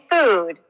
food